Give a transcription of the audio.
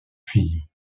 fille